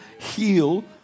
heal